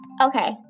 Okay